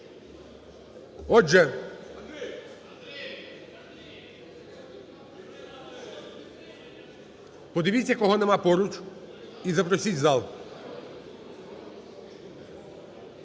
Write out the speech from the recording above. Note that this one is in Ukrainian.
Отже… Подивіться, кого немає поруч, і запросіть у зал.